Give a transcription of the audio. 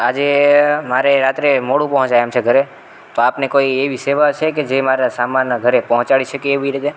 આજે મારે રાત્રે મોડું પહોંચાય એમ છે ઘરે તો આપની કોઈ એવી સેવા છે કે જે મારા સામાનને ઘરે પહોંચાડી શકે એવી રીતે